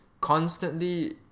constantly